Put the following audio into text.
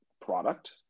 product